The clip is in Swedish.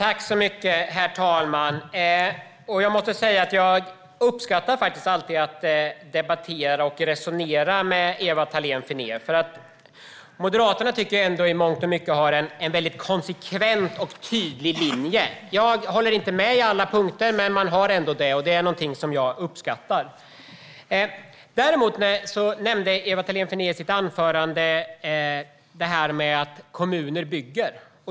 Herr talman! Jag måste säga att jag faktiskt alltid uppskattar att debattera och resonera med Ewa Thalén Finné. Moderaterna tycker jag i mångt och mycket har en väldigt konsekvent och tydlig linje. Det är någonting som jag uppskattar, även om jag inte håller med på alla punkter. Ewa Thalén Finné nämnde i sitt anförande kommuners byggande.